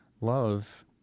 Love